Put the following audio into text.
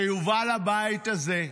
כשיובא לבית הזה,